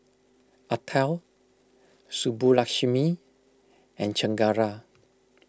Atal Subbulakshmi and Chengara